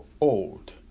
old